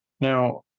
Now